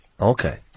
Okay